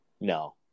No